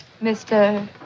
Mr